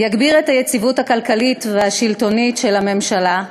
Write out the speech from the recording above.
יגביר את היציבות הכלכלית והשלטונית של הממשלה,